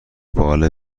باله